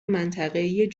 منطقهای